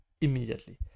immediately